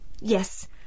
Yes